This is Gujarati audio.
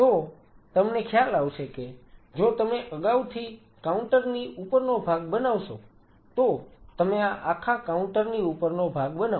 તો તમને ખ્યાલ આવશે કે જો તમે અગાઉથી કાઉન્ટર ની ઉપરનો ભાગ બનાવશો તો તમે આ આખા કાઉન્ટર ની ઉપરનો ભાગ બનાવો